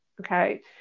okay